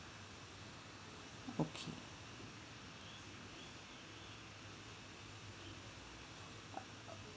okay